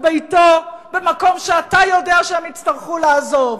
ביתו במקום שאתה יודע שהם יצטרכו לעזוב?